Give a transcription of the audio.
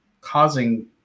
causing